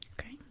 Okay